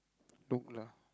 look lah